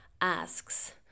asks